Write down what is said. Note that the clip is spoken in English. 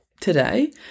today